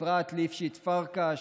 אפרת ליפשיץ-פרקש,